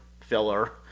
filler